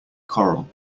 choral